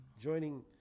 joining